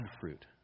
fruit